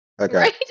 Okay